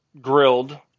grilled